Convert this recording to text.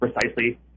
Precisely